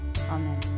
Amen